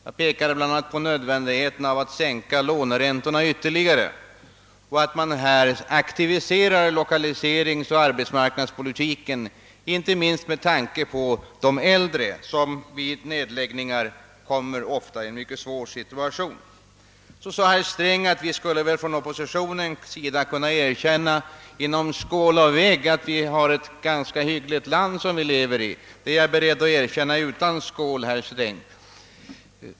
Jag pekade bl.a. på nödvändigheten av att sänka räntan ytterligare och aktivera lokaliseringsoch arbetsmarknadspolitiken, inte minst med tanke på de äldre som vid nedläggningar ofta kommer i en mycket svår situation. Herr Sträng sade att vi väl på oppositionens sida skulle kunna erkänna mellan skål och vägg, att det är ett ganska hyggligt land som vi lever i. Det är jag beredd att erkänna utan skål, herr Sträng.